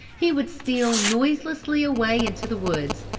he would steal noiselessly away into the woods,